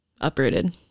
uprooted